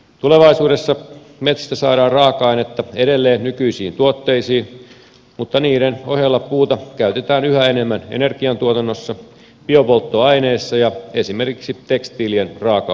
tulevaisuudessa metsistä saadaan raaka ainetta edelleen nykyisiin tuotteisiin mutta niiden ohella puuta käytetään yhä enemmän energian tuotannossa biopolttoaineissa ja esimerkiksi tekstiilien raaka aineena